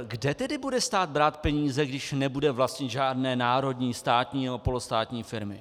Kde tedy bude stát brát peníze, když nebude vlastnit žádné národní, státní nebo polostátní firmy?